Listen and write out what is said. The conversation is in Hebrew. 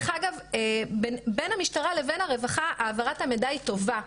בין המשטרה לבין הרווחה העברת המידע היא טובה.